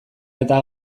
eta